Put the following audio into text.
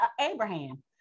abraham